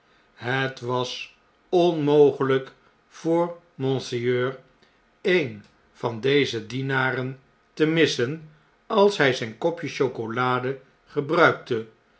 het was onmogelijk voor monseigneur een van deze dienaren te missen als hij zyn kopje chocolade gebruikte